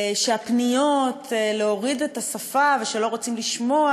שהפניות להוריד את השפה ושלא רוצים לשמוע,